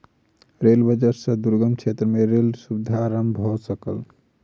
rail budget सॅ दुर्गम क्षेत्र में रेल सुविधा आरम्भ भ सकल